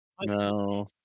No